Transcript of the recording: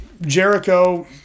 Jericho